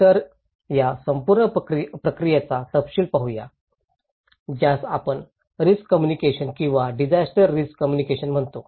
तर या संपूर्ण प्रक्रियेचा तपशील पाहू या ज्यास आपण रिस्क कम्युनिकेशन किंवा डिजास्टर रिस्क कम्युनिकेशन म्हणतो